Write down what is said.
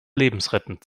lebensrettend